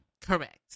correct